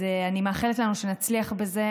אז אני מאחלת לנו שנצליח בזה,